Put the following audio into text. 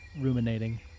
ruminating